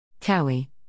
Cowie